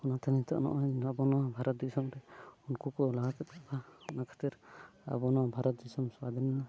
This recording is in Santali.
ᱚᱱᱟᱛᱮ ᱱᱤᱛᱚᱜ ᱱᱚᱜᱼᱚᱭ ᱟᱵᱚ ᱱᱚᱣᱟ ᱵᱷᱟᱨᱚᱛ ᱫᱤᱥᱚᱢ ᱨᱮ ᱩᱱᱠᱩ ᱠᱚ ᱞᱟᱦᱟ ᱥᱮᱫ ᱠᱚᱜᱼᱟ ᱚᱱᱟ ᱠᱷᱟᱹᱛᱤᱨ ᱟᱵᱚ ᱱᱚᱣᱟ ᱵᱷᱟᱨᱚᱛ ᱫᱤᱥᱚᱢ ᱥᱟᱹᱫᱷᱤᱱᱮᱱᱟ